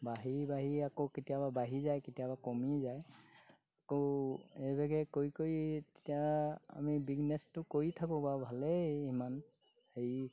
বাঢ়ি বাঢ়ি আকৌ কেতিয়াবা বাঢ়ি যায় কেতিয়াবা কমি যায় আকৌ এইভাগে কৰি কৰি যেতিয়া আমি বিজনেছটো কৰি থাকোঁ বাৰু ভালেই ইমান হেৰি